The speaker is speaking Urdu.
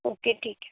اوکے ٹھیک ہے